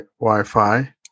Wi-Fi